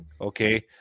Okay